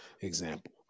example